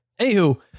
Anywho